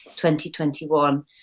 2021